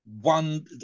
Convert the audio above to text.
one